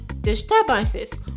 disturbances